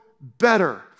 better